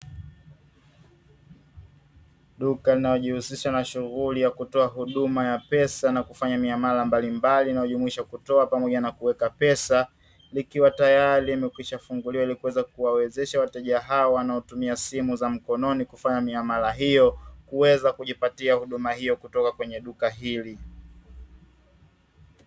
Duka linalo jishunghulisha na shughuli ya kutoa huduma ya pesa na kufanya miamala mbalimbali, inajumuisha kutoa pamoja na kuweka pesa, likiwa tayari limekwisha funguliwa ili kuweza kuwawezesha wateja hao wanaotumia simu za mkononi kufanya miamala hiyo, kuweza kujipatia huduma hiyo kutoka kwenye duka hili.